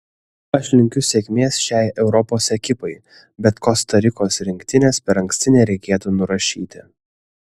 aš linkiu sėkmės šiai europos ekipai bet kosta rikos rinktinės per anksti nereikėtų nurašyti